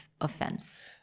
offense